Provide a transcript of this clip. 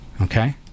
okay